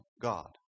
God